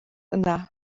yna